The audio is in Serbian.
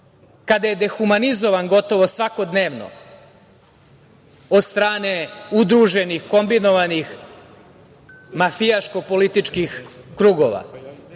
kada je dehumanizovan gotovo svakodnevno od strane udruženih, kombinovanih mafijaško-političkih krugova?